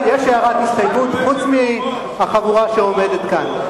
יש הערת הסתייגות, חוץ מהחבורה שעומדת כאן.